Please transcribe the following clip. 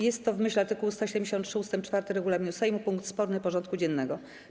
Jest to w myśl art. 173 ust. 4 regulaminu Sejmu punkt sporny porządku dziennego.